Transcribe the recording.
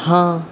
हाँ